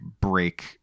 break